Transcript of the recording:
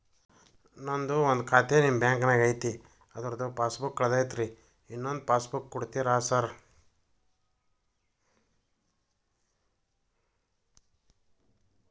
ನಂದು ಒಂದು ಖಾತೆ ನಿಮ್ಮ ಬ್ಯಾಂಕಿನಾಗ್ ಐತಿ ಅದ್ರದು ಪಾಸ್ ಬುಕ್ ಕಳೆದೈತ್ರಿ ಇನ್ನೊಂದ್ ಪಾಸ್ ಬುಕ್ ಕೂಡ್ತೇರಾ ಸರ್?